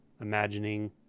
imagining